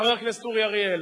חבר הכנסת אורי אריאל,